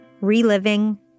reliving